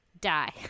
die